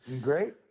Great